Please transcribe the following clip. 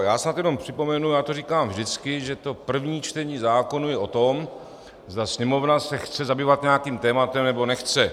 Já snad jenom připomenu, říkám to vždycky, že první čtení zákonů je o tom, zda Sněmovna se chce zabývat nějakým tématem, nebo nechce.